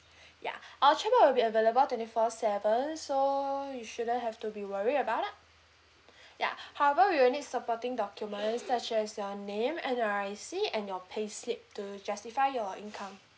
ya our chatbot will be available twenty four seven so you shouldn't have to be worried about ah ya however we will need supporting documents such as your name N_R_I_C and your payslip to justify your income